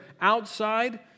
outside